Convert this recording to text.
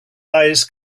eyes